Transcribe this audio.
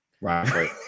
Right